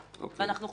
אנחנו חושבים,